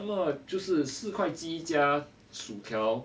那么就是四块鸡加薯条